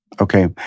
okay